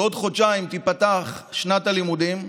בעוד חודשיים תיפתח שנת הלימודים,